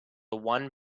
one